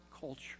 culture